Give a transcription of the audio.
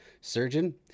surgeon